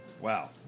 Wow